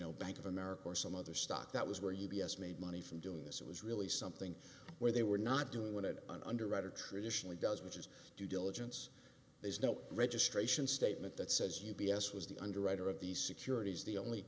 know bank of america or some other stock that was where u b s made money from doing this it was really something where they were not doing wanted an underwriter traditionally does which is due diligence there's no registration statement that says u b s was the underwriter of these securities the only